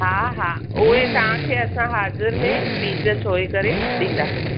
हा हा उहे तव्हांखे असां हाज़ुर में पीज सोए करे ॾींदासीं